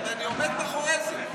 בהחלט, ואני עומד מאחורי זה.